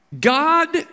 God